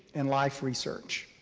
and life research.